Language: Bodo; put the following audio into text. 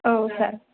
औ सार